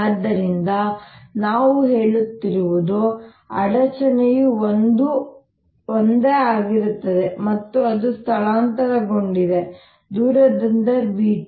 ಆದ್ದರಿಂದ ನಾವು ಹೇಳುತ್ತಿರುವುದು ಅಡಚಣೆಯು ಒಂದೇ ಆಗಿರುತ್ತದೆ ಮತ್ತು ಅದು ಸ್ಥಳಾಂತರಗೊಂಡಿದೆ ದೂರದಿಂದ vt